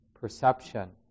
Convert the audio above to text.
perception